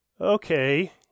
Okay